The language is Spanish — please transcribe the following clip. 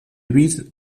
vid